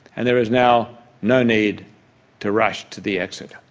and there is now no need to rush to the exit.